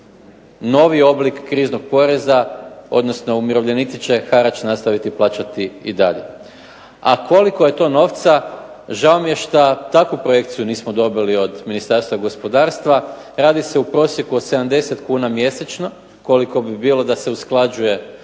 novi oblik kriznog poreza odnosno umirovljenici će harač nastaviti plaćati i dalje. A koliko je to novca, žao mi je što takvu projekciju nismo dobili od Ministarstva gospodarstva, radi se u prosjeku od 70 kuna mjesečno koliko bi bilo da se usklađuje